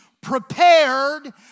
prepared